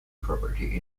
property